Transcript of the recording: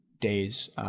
days